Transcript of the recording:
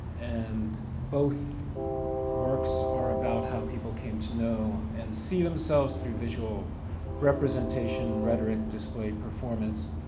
and both works are about how people came to know and see themselves through visual representation, rhetoric, display, performance,